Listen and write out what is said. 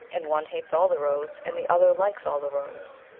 and one hates all the roads and the other likes all the roads.